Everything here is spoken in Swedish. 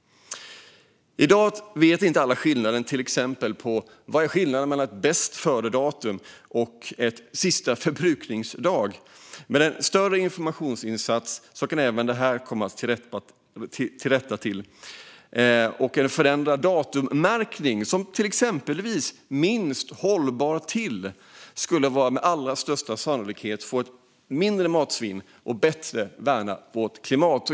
I dag vet inte alla skillnaden mellan till exempel bästföredatum och sista förbrukningsdag. Med en större informationsinsats kan man även komma till rätta med det. Med en förändrad datummärkning - det skulle exempelvis kunna stå: minst hållbar till - skulle det med allra största sannolikhet bli mindre matsvinn, och det skulle värna vårt klimat.